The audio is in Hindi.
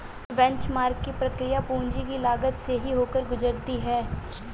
बेंचमार्क की प्रक्रिया पूंजी की लागत से ही होकर गुजरती है